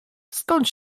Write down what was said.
skąd